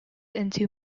into